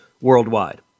worldwide